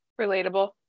relatable